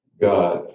God